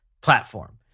platform